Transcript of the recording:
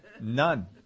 None